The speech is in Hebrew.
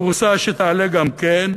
ופרוסה שתעלה גם כן.